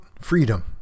freedom